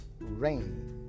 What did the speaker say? Rain